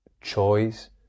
choice